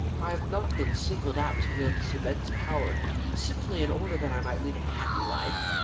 i have not been singled out to wield this immense power simply in order that i might lead a happy life.